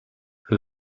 who